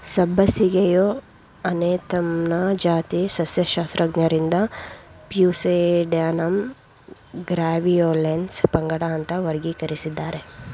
ಸಬ್ಬಸಿಗೆಯು ಅನೇಥಮ್ನ ಜಾತಿ ಸಸ್ಯಶಾಸ್ತ್ರಜ್ಞರಿಂದ ಪ್ಯೂಸೇಡ್ಯಾನಮ್ ಗ್ರ್ಯಾವಿಯೋಲೆನ್ಸ್ ಪಂಗಡ ಅಂತ ವರ್ಗೀಕರಿಸಿದ್ದಾರೆ